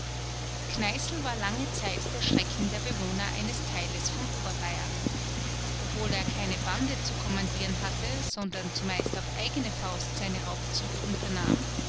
kneißl war lange zeit der schrecken der bewohner eines teiles von oberbayern obwohl er keine bande zu kommandieren hatte sondern zumeist auf eigene faust seine raubzüge unternahm